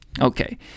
Okay